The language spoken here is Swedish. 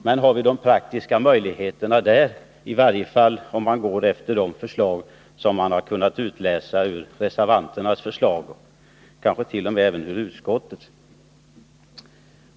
Men har vi praktiska möjligheter att gå på den linje som kan utläsas ur reservanternas förslag — kanske inte heller ur utskottets?